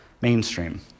mainstream